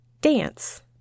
dance